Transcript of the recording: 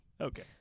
Okay